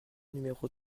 numéro